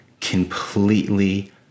completely